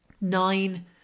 nine